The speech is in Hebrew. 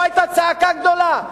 פה היתה צעקה גדולה.